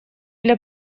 для